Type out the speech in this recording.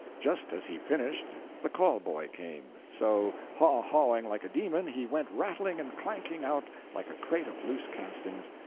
just as he finished, the call-boy came so, haw-hawing like a demon, he went rattling and clanking out like a crate of loose castings,